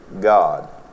God